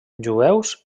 jueus